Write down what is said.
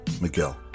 Miguel